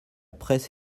presse